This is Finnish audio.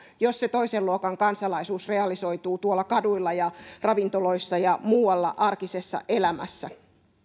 jos se toisen luokan kansalaisuus realisoituu tuolla kaduilla ja ravintoloissa ja muualla arkisessa elämässä